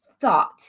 thought